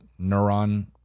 neuron